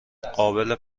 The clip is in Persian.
قابل